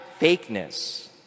fakeness